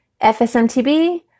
FSMTB